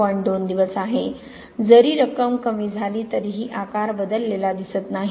2 दिवस आहे जरी रक्कम कमी झाली तरीही आकार बदललेला दिसत नाही